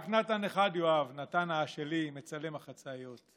רק נתן אחד יאהב, נתן האשלי, מצלם החצאיות.